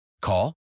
Call